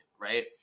right